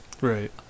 Right